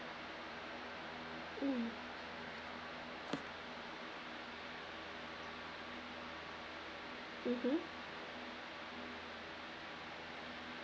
mm mmhmm